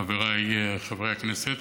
חבריי חברי הכנסת,